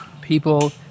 people